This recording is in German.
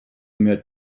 mehr